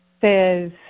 says